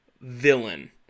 villain